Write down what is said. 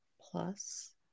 plus